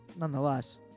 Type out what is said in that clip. nonetheless